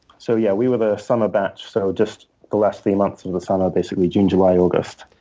so yeah. we were there summer batch, so just the last few months of the summer, basically, in july august.